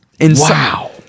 Wow